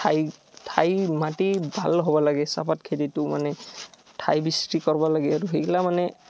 ঠাই ঠাই মাটি ভাল হ'ব লাগে চাহপাত খেতিটো মানে ঠাই বিচৰি কৰব লাগে আৰু সেইগিলা মানে